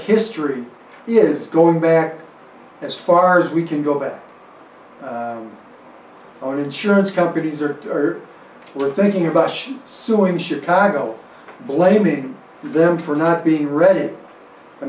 history is going back as far as we can go but our insurance companies are were thinking about suing chicago blaming them for not being read it i